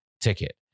ticket